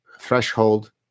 threshold